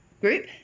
group